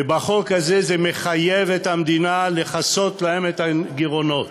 והחוק הזה מחייב את המדינה לכסות להם את הגירעונות.